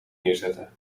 neerzetten